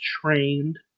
trained